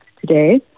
today